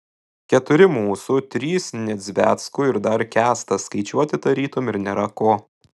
keturi mūsų trys nedzveckų ir dar kęstas skaičiuoti tarytum ir nėra ko